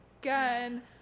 again